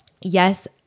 yes